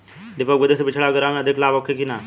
डेपोक विधि से बिचड़ा गिरावे से अधिक लाभ होखे की न?